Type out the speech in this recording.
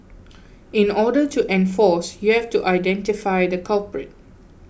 in order to enforce you have to identify the culprit